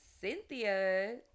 Cynthia